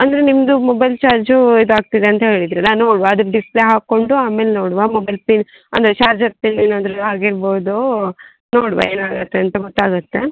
ಅಂದರೆ ನಿಮ್ಮದು mobile charge ಇದಾಗ್ತಿದೆ ಅಂತ ಹೇಳಿದ್ರಲ್ಲ ನೋಡುವಾ ಅದು ಡಿಸ್ಪ್ಲೇ ಹಾಕೊಂಡು ಆಮೇಲೆ ನೋಡುವಾ ಮೊಬೈಲ್ ಪಿನ್ ಅಂದರೆ ಚಾರ್ಜರ್ ಪಿನ್ ಏನಾದ್ರೂ ಆಗಿರ್ಬೋದೂ ನೋಡುವಾ ಏನಾಗುತ್ತೆ ಅಂತ ಗೊತ್ತಾಗುತ್ತೆ